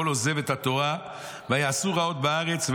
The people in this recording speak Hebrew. כל עוזב את התורה ויעשו רעות בארץ.